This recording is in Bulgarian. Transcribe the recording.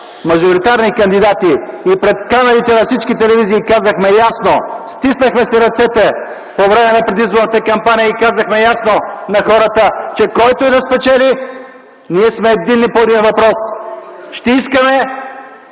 мажоритарни кандидати и пред камерите на всички телевизии, стиснахме си ръцете по време на предизборната кампания и казахме ясно на хората, че който и да спечели, ние сме единни по един въпрос – ще искаме